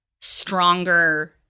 stronger